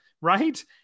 right